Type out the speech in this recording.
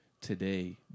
today